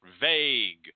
vague